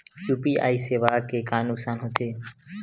UPI सेवाएं के का नुकसान हो थे?